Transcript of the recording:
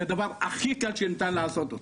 זה הדבר הכי קל שניתן לעשות אותו,